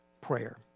prayer